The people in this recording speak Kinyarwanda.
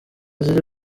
ziri